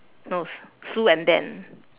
no s~ sue and ben